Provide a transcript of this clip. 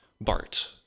BART